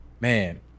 Man